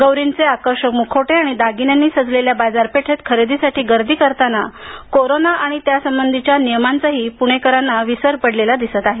गौरींचे आकर्षक मुखवटे आणि दागिन्यांनी सजलेल्या बाजारपेठेत खरेदीसाठी गर्दी करताना कोरोना आणि त्यासंबंधीच्या नियामंचाही पुणेकरांना विसर पडलेला दिसतो आहे